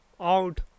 out